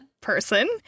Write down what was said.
person